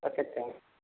अच्छा अच्छा